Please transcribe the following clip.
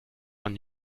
man